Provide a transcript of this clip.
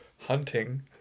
hunting